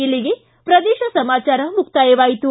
ಇಲ್ಲಿಗೆ ಪ್ರದೇಶ ಸಮಾಚಾರ ಮುಕ್ತಾಯವಾಯಿತು